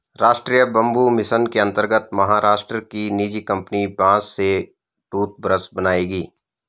राष्ट्रीय bamboo mission के अंतर्गत महाराष्ट्र की निजी कंपनी बांस से टूथब्रश बनाएगी